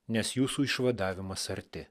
nes jūsų išvadavimas arti